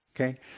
Okay